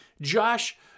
Josh